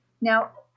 Now